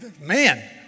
Man